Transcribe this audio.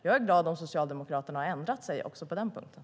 Jag är glad om Socialdemokraterna har ändrat sig också på den punkten.